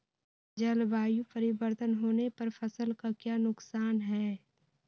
जलवायु परिवर्तन होने पर फसल का क्या नुकसान है?